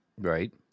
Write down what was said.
Right